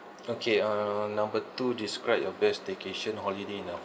okay ah number two describe your best staycation holiday in a